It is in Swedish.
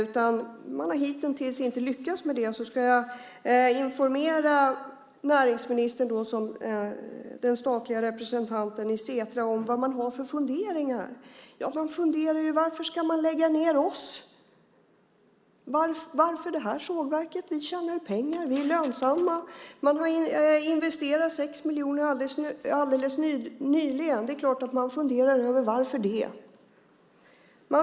Man har hitintills inte lyckats med det, och därför ska jag informera näringsministern, som den statliga representanten i Setra, om vilka funderingar man har. De funderar över varför man ska lägga ned dem. Varför just det här sågverket? Man tjänar ju pengar och är lönsamma. Man har investerat 6 miljoner alldeles nyligen. Det är klart att man funderar över varför detta ska ske.